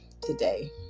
today